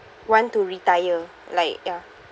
want to retire like ya